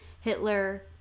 Hitler